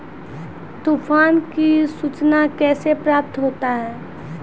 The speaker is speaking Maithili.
तुफान की सुचना कैसे प्राप्त होता हैं?